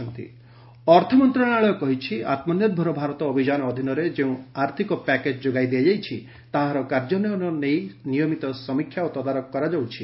finance ministry ଆତ୍ମନିର୍ଭର ଅର୍ଥ ମନ୍ତ୍ରଣାଳୟ କହିଛି ଆମ୍ନିର୍ଭର ଭାରତ ଅଭିଯାନ ଅଧୀନରେ ଯେଉଁ ଆର୍ଥକ ପ୍ୟାକେଜ୍ ଯୋଗାଇ ଦିଆଯାଇଛି ତାହାର କାର୍ଯ୍ୟନ୍ୟନ ନେଇ ନିୟମିତ ସମୀକ୍ଷା ଓ ତଦାରଖ କରାଯାଉଛି